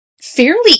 fairly